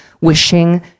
wishing